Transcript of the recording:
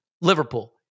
Liverpool